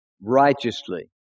righteously